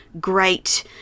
great